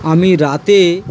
আমি রাতে